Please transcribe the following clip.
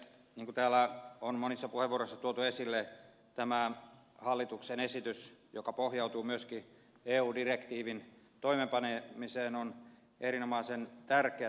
niin kun täällä on monissa puheenvuoroissa tuotu esille tämä hallituksen esitys joka pohjautuu myöskin eu direktiivin toimeenpanemiseen on erinomaisen tärkeä